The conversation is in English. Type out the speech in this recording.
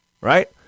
Right